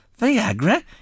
Viagra